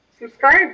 subscribe